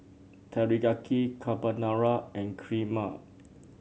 Teriyaki Carbonara and Kheema